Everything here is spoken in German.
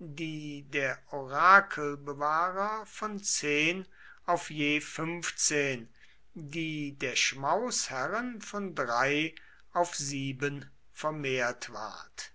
die der orakelbewahrer von zehn auf je fünfzehn die der schmausherren von drei auf sieben vermehrt ward